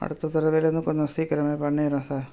அடுத்த தடவலேருந்து கொஞ்சம் சீக்கிரமே பண்ணிடுறேன் சார்